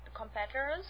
competitors